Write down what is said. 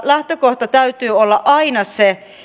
lähtökohdan täytyy olla aina se